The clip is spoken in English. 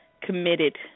committed